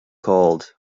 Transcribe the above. called